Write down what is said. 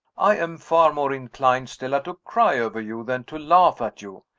i am far more inclined, stella, to cry over you than to laugh at you,